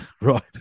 right